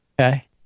Okay